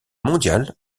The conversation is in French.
mondiale